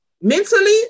Mentally